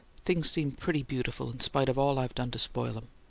things seem pretty beautiful in spite of all i've done to spoil em.